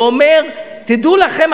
ואומר: תדעו לכם,